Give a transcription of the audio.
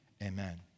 amen